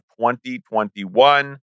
2021